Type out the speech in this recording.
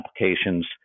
applications